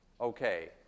Okay